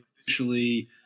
officially